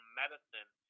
medicine